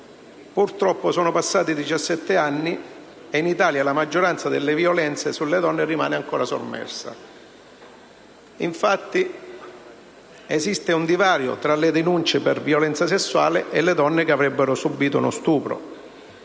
purtroppo sono passati 17 anni e in Italia la maggior parte delle violenze sulle donne rimane ancora sommersa. Esiste, infatti, un divario tra le denunce per violenza sessuale e le donne che avrebbero subìto uno stupro.